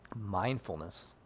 mindfulness